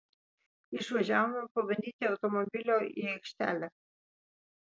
išvažiavome pabandyti automobilio į aikštelę